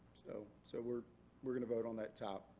so so we're we're going to vote on that top,